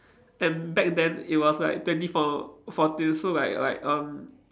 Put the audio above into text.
and back then it was like twenty four fourteen so like like um